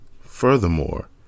Furthermore